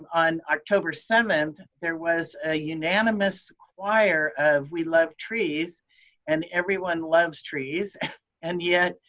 um on october seventh, there was a unanimous choir of, we love trees and everyone loves trees and yet